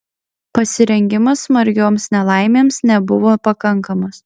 pasirengimas smarkioms nelaimėms nebuvo pakankamas